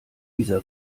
dieser